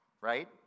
right